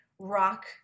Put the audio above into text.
rock